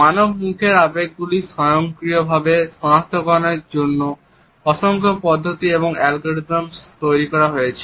মানব মুখের আবেগগুলি স্বয়ংক্রিয়ভাবে সনাক্তকরণের জন্য অসংখ্য পদ্ধতি এবং আলগরিদমস তৈরি করা হয়েছে